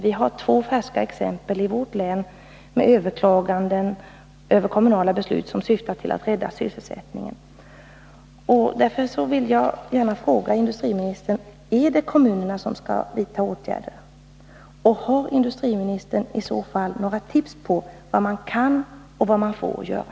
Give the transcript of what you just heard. Vi har två färska exempel i vårt län med överklaganden över kommunala beslut som syftar till att rädda sysselsättningen. Jag vill därför fråga industriministern: Är det kommunerna som skall vidta åtgärder, och har industriministern i så fall några tips om vad man kan och vad man får göra?